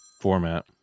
format